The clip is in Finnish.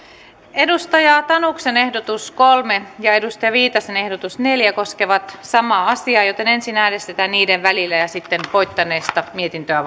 edustaja tanuksen ehdotus kolme ja edustaja viitasen ehdotus neljä koskevat samaa asiaa joten ensin äänestetään niiden välillä ja sitten voittaneesta mietintöä